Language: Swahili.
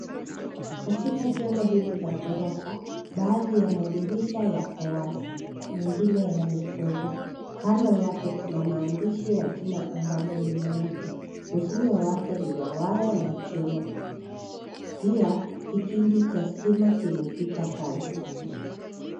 Katika jengo hili la ghorofa baadhi ya madirisha yako wazi mengine yamefungwa. Kando yake kuna jina ambalo linaitwa. Uzio wake ni wa waya na chuma. Pia kikingi cha stima kimepita kando.